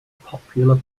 popular